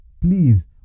Please